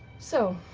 so